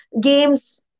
games